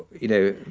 you know,